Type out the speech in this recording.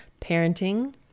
parenting